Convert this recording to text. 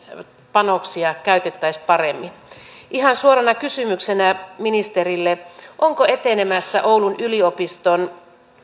panoksia käytettäisiin paremmin ihan suorana kysymyksenä ministerille onko etenemässä oulun yliopiston